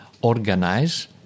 organize